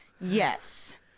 Yes